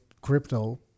crypto